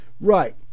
Right